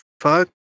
fuck